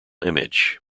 image